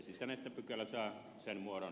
esitän että pykälä saa sen vuoro